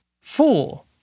fool